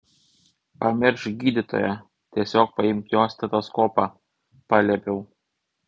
pamiršk gydytoją tiesiog paimk jo stetoskopą paliepiau